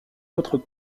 autres